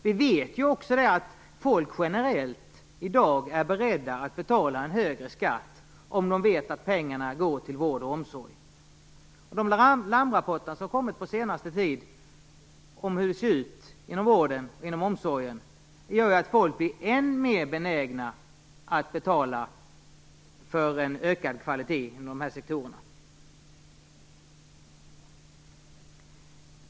Vi vet också att människor generellt i dag är beredda att betala en högre skatt om de vet att pengarna går till vård och omsorg. De larmrapporter som har kommit den senaste tiden om hur det ser ut inom vården och omsorgen gör att människor blir än mer benägna att betala för en ökad kvalitet inom de här sektorerna.